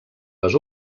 les